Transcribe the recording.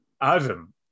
Adam